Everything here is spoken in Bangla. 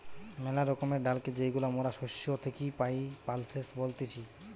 মেলা রকমের ডালকে যেইগুলা মরা শস্য থেকি পাই, পালসেস বলতিছে